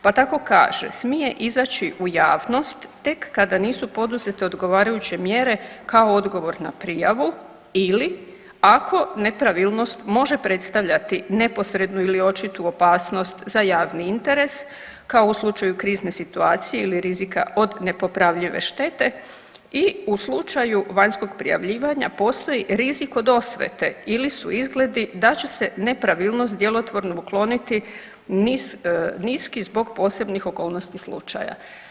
Pa tako kaže smije izaći u javnost tek kada nisu poduzete odgovarajuće mjere kao odgovor na prijavu ili ako nepravilnost može predstavljati neposrednu ili očitu opasnost za javni interes kao u slučaju krizne situacije ili rizika od nepopravljive štete i u slučaju vanjskog prijavljivanja postoji rizik od osvete ili su izglede da će se nepravilnost djelotvorno otkloniti niski zbog posebnih okolnosti slučaja.